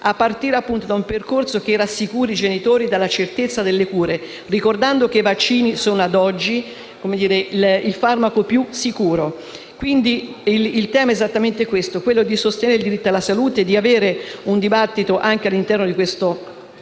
a partire da un percorso che rassicuri i genitori sulla certezza delle cure, ricordando che i vaccini sono ad oggi il farmaco più sicuro. Quindi il tema è esattamente questo: sostenere il diritto alla salute e avere un dibattito, anche all'interno di questo